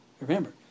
Remember